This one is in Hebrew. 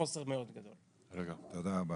תודה רבה.